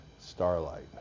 Starlight